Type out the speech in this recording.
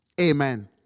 Amen